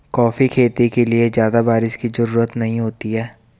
coffee खेती के लिए ज्यादा बाऱिश की जरूरत नहीं होती है